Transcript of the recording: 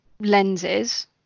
lenses